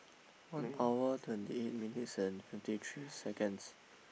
one hour twenty eight minutes and fifty three seconds